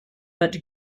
but